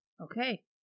okay